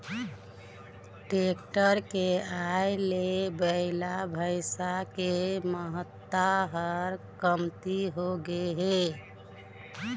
tractor के आए ले बइला, भइसा के महत्ता ह कमती होगे हे